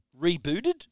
rebooted